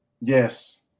Yes